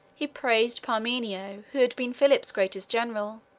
he praised parmenio, who had been philip's greatest general,